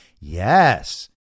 Yes